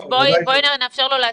אז בואי נפשר לו להציג,